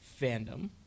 fandom